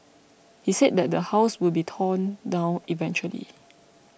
he said that the house will be torn down eventually